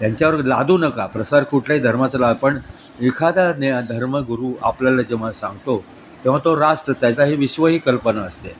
त्यांच्यावर लादू नका प्रसार कुठल्याही धर्माचं ला पण एखादा न धर्मगुरू आपल्याला जेव्हा सांगतो तेव्हा तो रास्त त्याचा हे विश्वही कल्पना असते